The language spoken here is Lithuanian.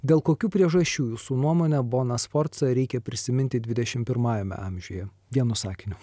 dėl kokių priežasčių jūsų nuomone boną sforcą reikia prisiminti dvidešimt pirmajame amžiuje vienu sakiniu